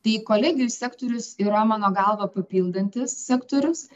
tai kolegijų sektorius yra mano galva papildantis sektorius